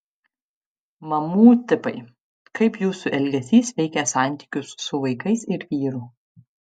mamų tipai kaip jūsų elgesys veikia santykius su vaikais ir vyru